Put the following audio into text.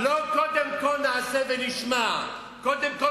לא קודם כול "נעשה ונשמע": קודם כול